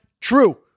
true